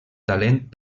talent